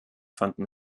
fanden